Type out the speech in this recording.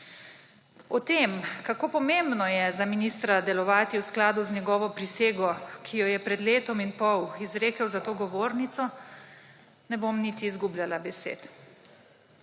O tem, kako pomembno je za ministra delovati v skladu z njegovo prisego, ki jo je pred letom in pol izrekel za to govornico, ne bom niti izgubljala besed.